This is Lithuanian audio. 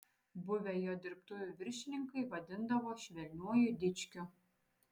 buvę jo dirbtuvių viršininkai vadindavo švelniuoju dičkiu